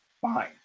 Fine